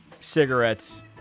cigarettes